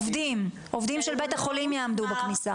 עובדים של בית החולים יעמדו בכניסה.